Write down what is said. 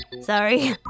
sorry